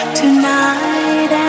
tonight